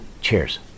Cheers